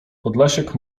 podlasiak